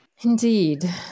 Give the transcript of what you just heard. Indeed